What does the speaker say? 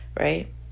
right